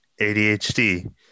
ADHD